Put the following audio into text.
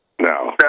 No